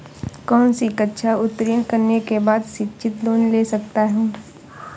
कौनसी कक्षा उत्तीर्ण करने के बाद शिक्षित लोंन ले सकता हूं?